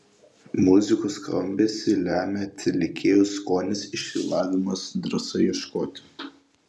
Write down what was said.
muzikos skambesį lemia atlikėjo skonis išsilavinimas drąsa ieškoti